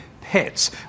pets